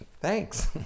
thanks